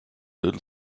little